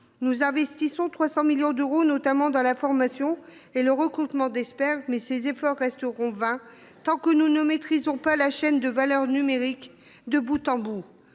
Nous investissons 300 millions d’euros notamment dans la formation et le recrutement d’experts, mais ces efforts resteront vains tant que nous ne maîtriserons pas la chaîne de valeur numérique de bout en bout.